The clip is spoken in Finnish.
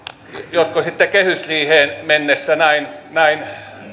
josko sitten kehysriiheen mennessä näin näin